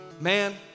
man